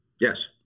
Yes